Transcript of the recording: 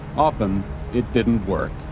often it didn't work.